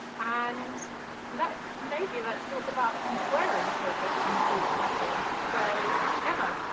and let, maybe let's talk about some swearing for a bit and and see what happens. so emma,